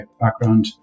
background